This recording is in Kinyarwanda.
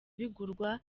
bigurwa